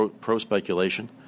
pro-speculation